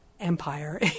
empire